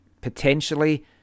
Potentially